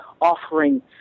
offering